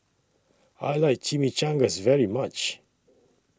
I like Chimichangas very much